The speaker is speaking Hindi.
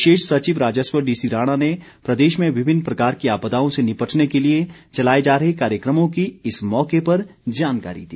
विशेष सचिव राजस्व डी सी राणा ने प्रदेश में विभिन्न प्रकार की आपदाओं से निपटने के लिए चलाए जा रहे कार्यक्रमों की इस मौके पर जानकारी दी